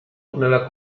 nella